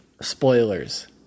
spoilers